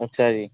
ਅੱਛਾ ਜੀ